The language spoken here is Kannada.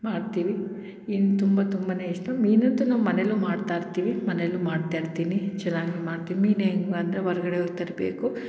ಮಾಡ್ತೀವಿ ಇನ್ನು ತುಂಬ ತುಂಬನೇ ಇಷ್ಟ ಮೀನಂತೂ ನಮ್ಮ ಮನೇಲೂ ಮಾಡ್ತಾಯಿರ್ತೀವಿ ಮನೇಲೂ ಮಾಡ್ತಾಯಿರ್ತೀನಿ ಚೆನ್ನಾಗಿ ಮಾಡ್ತೀನಿ ಮೀನು ಹೆಂಗೆ ಅಂದರೆ ಹೊರ್ಗಡೆ ಹೋಗಿ ತರಬೇಕು